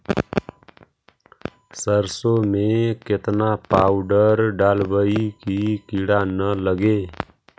सरसों में केतना पाउडर डालबइ कि किड़ा न लगे?